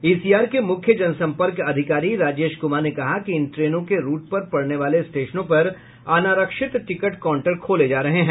ECR के मुख्य जनसंपर्क अधिकारी राजेश कुमार ने कहा कि इन ट्रेनों के रूट पर पड़ने वाले स्टेशनों पर अनारक्षित टिकट काउंटर खोले जा रहे हैं